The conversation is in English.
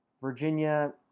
Virginia